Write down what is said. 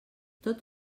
tot